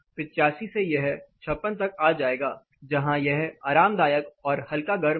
85 से यह 56 तक आ गया है जहां यह आरामदायक और हल्का गर्म है